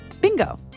bingo